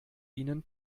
ihnen